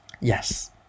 Yes